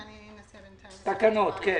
אני מתקין תקנות אלה: